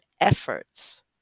efforts